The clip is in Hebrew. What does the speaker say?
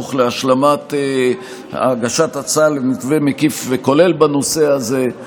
סמוך להשלמת הגשת הצעה למתווה מקיף וכולל בנושא הזה.